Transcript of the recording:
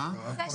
מה זה